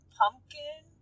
pumpkin